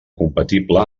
compatible